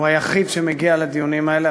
הוא היחיד שמגיע לדיונים האלה.